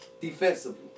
defensively